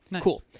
Cool